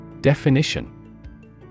Definition